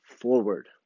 Forward